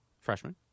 Freshman